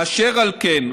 אשר על כן,